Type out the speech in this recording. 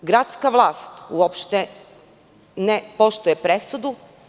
Gradska vlast uopšte ne poštuje presudu.